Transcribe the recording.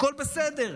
הכול בסדר.